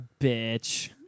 bitch